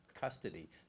custody